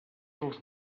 els